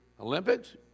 Olympics